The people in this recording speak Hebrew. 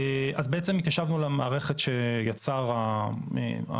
אז בעצם התיישבנו על המערכת שיצר המשרד